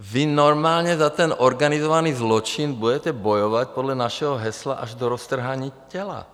Vy normálně za ten organizovaný zločin budete bojovat podle našeho hesla až do roztrhání těla.